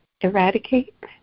eradicate